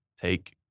take